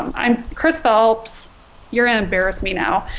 um chris phelps you're in embarrass me now.